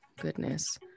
goodness